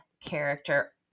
character